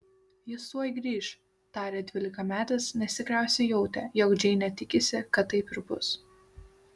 jis tuoj grįš tarė dvylikametis nes tikriausiai jautė jog džeinė tikisi kad taip ir bus